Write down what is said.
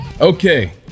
okay